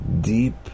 deep